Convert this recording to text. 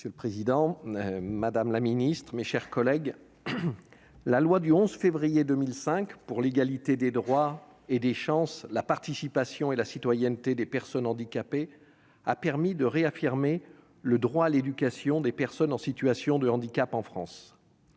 Monsieur le président, madame la secrétaire d'État, mes chers collègues, la loi du 11 février 2005 pour l'égalité des droits et des chances, la participation et la citoyenneté des personnes handicapées a permis de réaffirmer le droit à l'éducation des personnes en situation de handicap. Le